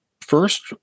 first